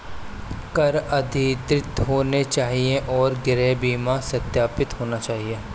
कर अद्यतित होने चाहिए और गृह बीमा सत्यापित होना चाहिए